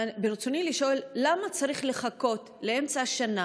ברצוני לשאול: למה צריך לחכות לאמצע שנה?